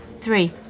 Three